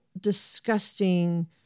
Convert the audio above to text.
disgusting